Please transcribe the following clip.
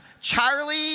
Charlie